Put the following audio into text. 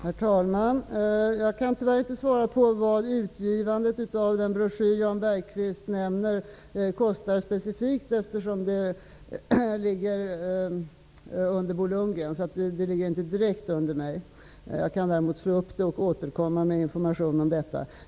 Herr talman! Jag kan tyvärr inte svara på vad utgivandet av den broschyr som Jan Bergqvist nämner specifikt kostar, eftersom hanteringen ligger under Bo Lundgren och inte direkt under mig. Jag kan däremot slå upp uppgiften och återkomma med information om detta.